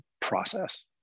process